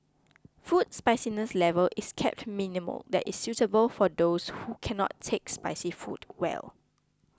food spiciness level is kept minimal that is suitable for those who cannot take spicy food well